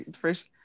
first